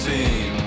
Team